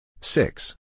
six